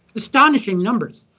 astonishing numbers.